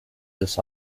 this